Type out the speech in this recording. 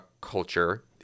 culture